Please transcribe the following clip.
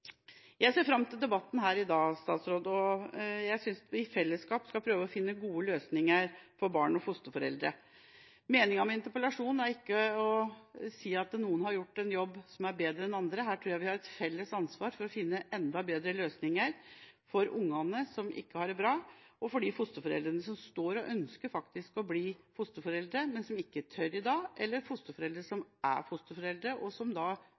Jeg ser fram til debatten her i dag, og jeg synes vi i fellesskap skal prøve å finne gode løsninger for barn og fosterforeldre. Meninga med interpellasjonen er ikke å si at noen har gjort en bedre jobb enn andre. Her tror jeg vi har et felles ansvar for å finne enda bedre løsninger for ungene som ikke har det bra, for dem som ønsker å bli fosterforeldre, men som ikke tør i dag, og for dem som er fosterforeldre, men som